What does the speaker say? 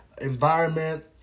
environment